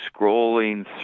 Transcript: scrolling